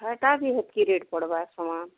ହେଟା ବି ହେତ୍କି ରେଟ୍ ପଡ଼୍ବା